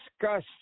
discuss